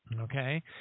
Okay